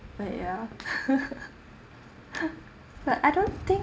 like ya but I don't think